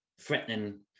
threatening